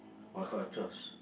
what kind of chores